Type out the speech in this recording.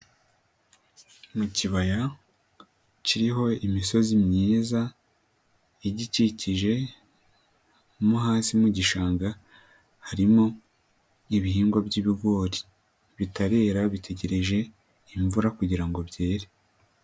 Mu kibaya kiriho imisozi myiza igikikije mo hasi mu gishanga harimo ibihingwa by'ibigori bitarera bitegereje imvura kugira ngo byere.